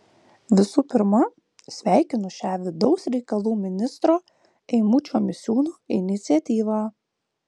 visų pirma sveikinu šią vidaus reikalų ministro eimučio misiūno iniciatyvą